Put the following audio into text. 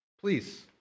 Please